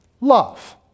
love